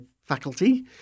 faculty